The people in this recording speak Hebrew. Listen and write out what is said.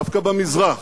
דווקא במזרח,